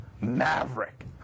Maverick